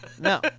no